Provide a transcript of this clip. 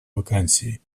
вакансии